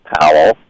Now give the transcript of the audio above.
Powell